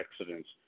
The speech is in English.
accidents